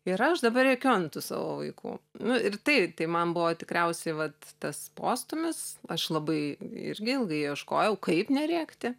ir aš dabar rėkiu ant tų savo vaikų nu ir tai tai man buvo tikriausiai vat tas postūmis aš labai irgi ilgai ieškojau kaip nerėkti